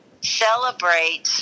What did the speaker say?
celebrate